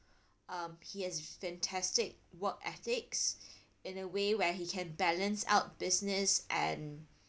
um he has fantastic work ethics in a way where he can balance out business and